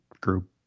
group